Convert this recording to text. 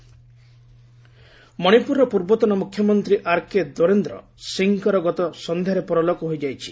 Manipur ex CM ମଣିପୁରର ପୂର୍ବତନ ମୁଖ୍ୟମନ୍ତ୍ରୀ ଆର୍କେ ଦୋରେନ୍ଦ୍ର ସିଂଙ୍କର ଗତ ସନ୍ଧ୍ୟାରେ ପରଲୋକ ହୋଇଯାଇଛି